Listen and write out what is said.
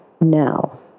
Now